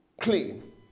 clean